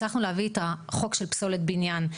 הצלחנו להביא את החוק של פסולת בניין.